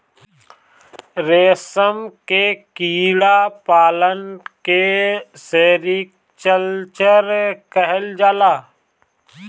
रेशम के कीड़ा पालन के सेरीकल्चर कहल जाला